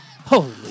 Holy